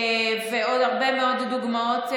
ועוד הרבה מאוד דוגמאות,